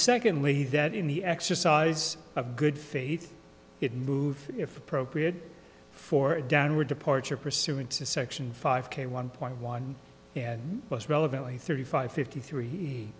secondly that in the exercise of good faith it move if appropriate for a downward departure pursuant to section five k one point one and most relevantly thirty five fifty three